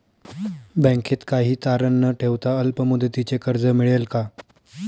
बँकेत काही तारण न ठेवता अल्प मुदतीचे कर्ज मिळेल का?